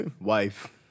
Wife